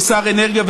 שר האנרגיה,